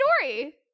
story